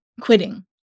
Quitting